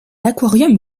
aquarium